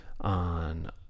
on